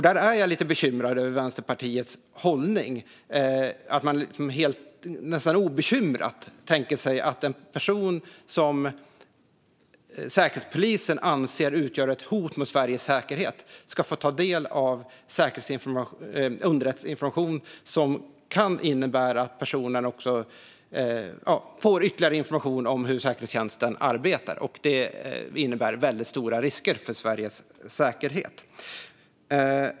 Där är jag lite bekymrad över Vänsterpartiets hållning, att man nästan helt obekymrat tänker sig att en person som Säkerhetspolisen anser utgör ett hot mot Sveriges säkerhet ska få ta del av underrättelseinformation som kan innebära att personer får ytterligare information om hur säkerhetstjänsten arbetar. Det innebär väldigt stora risker för Sveriges säkerhet.